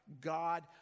God